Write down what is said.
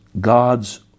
God's